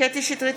קטי קטרין שטרית,